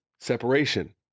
separation